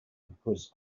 because